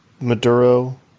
Maduro